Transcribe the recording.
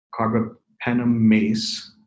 carbapenemase